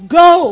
go